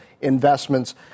Investments